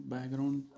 Background